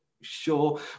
Sure